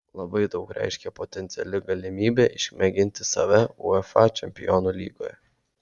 labai daug reiškė potenciali galimybė išmėginti save uefa čempionų lygoje